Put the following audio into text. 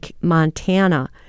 Montana